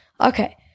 Okay